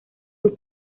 sus